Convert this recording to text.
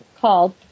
called